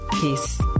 Peace